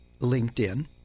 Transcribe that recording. LinkedIn